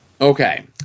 Okay